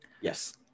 Yes